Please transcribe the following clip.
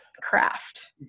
craft